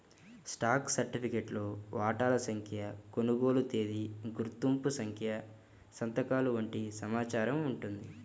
stock సర్టిఫికేట్లో వాటాల సంఖ్య, కొనుగోలు తేదీ, గుర్తింపు సంఖ్య సంతకాలు వంటి సమాచారం ఉంటుంది